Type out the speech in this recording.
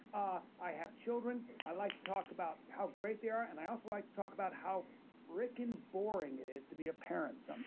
ah i have children. i like to talk about how great they are, and i also like to talk about how fricking boring it is to be a parent so